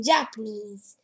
Japanese